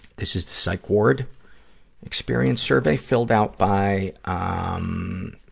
this is the psych ward experience survey filled out by, um,